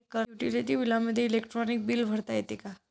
Utility बिलामध्ये electronic bill भरता येते का?